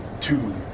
two